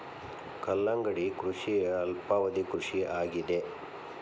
ಕಲ್ಲಂಗಡಿ ಕೃಷಿಯ ಅಲ್ಪಾವಧಿ ಕೃಷಿ ಆಗಿದೆ